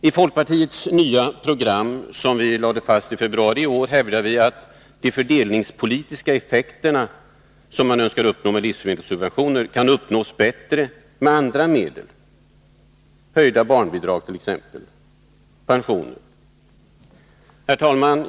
I folkpartiets nya program, som vi lade fast i februari i år, hävdar vi att de fördelningspolitiska effekter man önskar uppnå med livsmedelssubventioner kan uppnås bättre med andra medel, t.ex. höjda barnbidrag och pensioner. Herr talman!